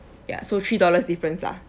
ya so three dollars difference lah